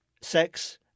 sex